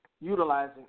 utilizing